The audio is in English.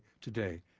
today